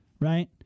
right